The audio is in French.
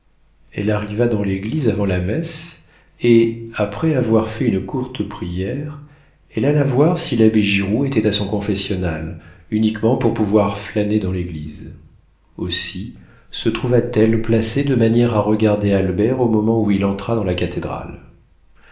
elle arriva dans l'église avant la messe et après avoir fait une courte prière elle alla voir si l'abbé giroud était à son confessionnal uniquement pour pouvoir flâner dans l'église aussi se trouva t elle placée de manière à regarder albert au moment où il entra dans la cathédrale